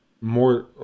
more